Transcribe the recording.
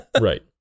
Right